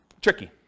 tricky